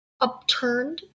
upturned